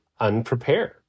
unprepared